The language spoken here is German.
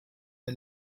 der